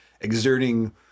exerting